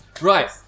Right